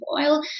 oil